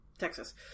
Texas